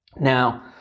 Now